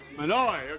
Manoy